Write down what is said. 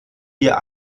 wir